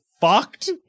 fucked